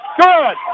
good